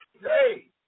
Hey